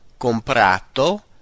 comprato